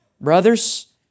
Brothers